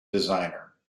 designer